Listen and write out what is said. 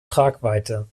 tragweite